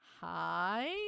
hi